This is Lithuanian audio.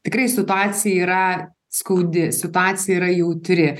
tikrai situacija yra skaudi situacija yra jautri